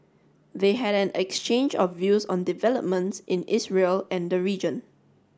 they had an exchange of views on developments in Israel and the region